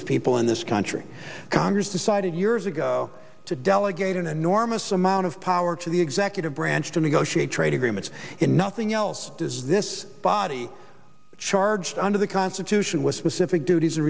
of people in this country congress decided years ago to delegate an enormous amount of power to the executive branch to negotiate trade agreements in nothing else does this body charged under the constitution was specific duties a